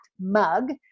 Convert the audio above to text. mug